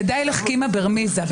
ודי לחכימא ברמיזה.